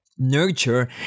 Nurture